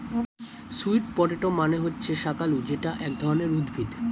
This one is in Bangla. সুইট পটেটো মানে হচ্ছে শাকালু যেটা এক ধরনের উদ্ভিদ